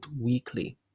weekly